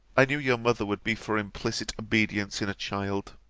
i knew your mother would be for implicit obedience in a child.